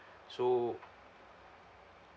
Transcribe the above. so